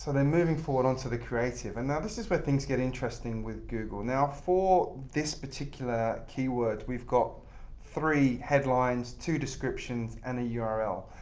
then moving forward onto the creative, and now this is where things get interesting with google. now, for this particular keyword, we've got three headlines, two descriptions and a yeah url.